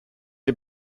die